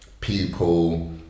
people